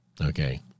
Okay